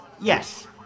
yes